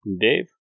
Dave